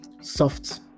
soft